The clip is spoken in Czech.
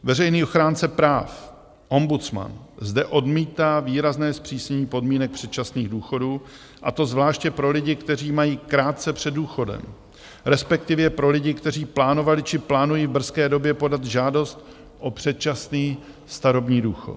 Veřejný ochránce práv, ombudsman, zde odmítá výrazné zpřísnění podmínek předčasných důchodů, a to zvláště pro lidi, kteří mají krátce před důchodem, respektive pro lidi, kteří plánovali či plánují v brzké době podat žádost o předčasný starobní důchod.